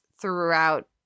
throughout